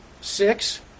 six